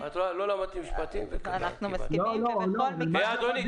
אנחנו מסכימים --- לא, לא, -- הוראת דין אחרת.